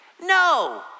No